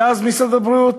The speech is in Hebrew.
ואז משרד הבריאות,